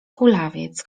kulawiec